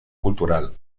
cultural